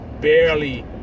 barely